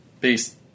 Peace